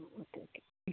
ആ okay okay